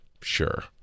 Sure